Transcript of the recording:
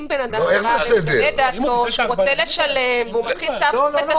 -- אם אדם משנה את דעתו ורוצה לשלם והוא מכין צו לתשלומים